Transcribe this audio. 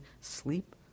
sleep